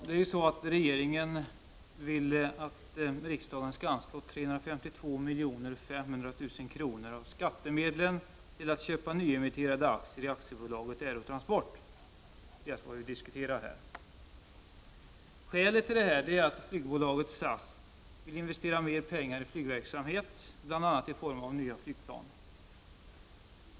Herr talman! Regeringen vill att riksdagen skall anslå 352 500 000 kr. av skattemedel till att köpa nyemitterade aktier i Aktiebolaget Aerotransport. Skälet är att flygbolaget SAS vill investera mer pengar i flygverksamhet, bl.a. i form av nya flygplan.